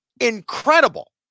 incredible